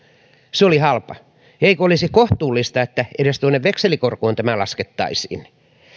se oli halpa eikö olisi kohtuullista että edes tuonne vekselikorkoon tämä laskettaisiin